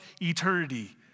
eternity